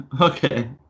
okay